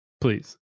please